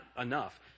enough